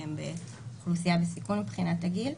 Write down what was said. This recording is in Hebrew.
שהם אוכלוסייה בסיכון מבחינת הגיל.